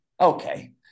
okay